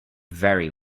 very